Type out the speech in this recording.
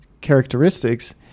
characteristics